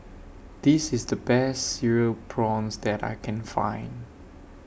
This IS The Best Cereal Prawns that I Can Find